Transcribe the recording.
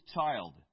child